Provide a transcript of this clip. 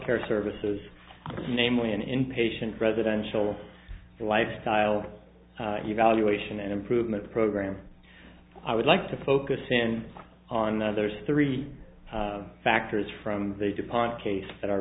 care services namely an inpatient residential lifestyle evaluation and improvement program i would like to focus in on others three factors from the departed case that are